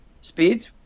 speed